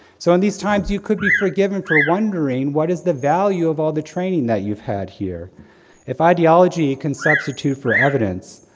so, in these times, you could be forgiven for wondering what is the value of all the training that you've had here if ideology can substitute for evidence,